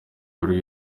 buri